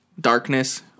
darkness